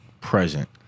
present